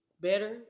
better